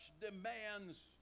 demands